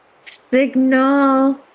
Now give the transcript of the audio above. Signal